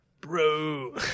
Bro